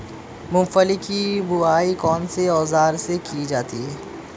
मूंगफली की बुआई कौनसे औज़ार से की जाती है?